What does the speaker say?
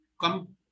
come